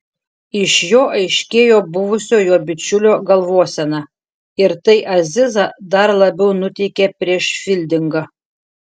iš jo aiškėjo buvusio jo bičiulio galvosena ir tai azizą dar labiau nuteikė prieš fildingą